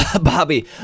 Bobby